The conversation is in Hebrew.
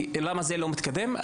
למה זה לא מתקדם?